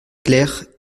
claire